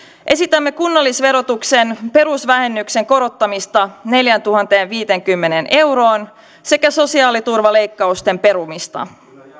esitämme kunnallisverotuksen perusvähennyksen korottamista neljääntuhanteenviiteenkymmeneen euroon sekä sosiaaliturvaleikkausten perumista